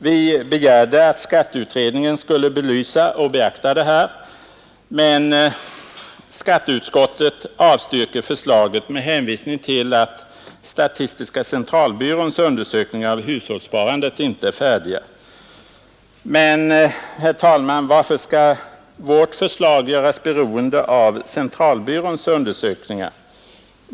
Vi begärde att skatteutredningen skulle belysa och beakta detta. Skatteutskottet avstyrker förslaget med hänvisning till att statistiska centralbyråns undersökningar av hushållssparandet inte är färdiga. Men, herr talman, varför skall vårt förslag göras beroende av centralbyråns undersökningar?